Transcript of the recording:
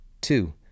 two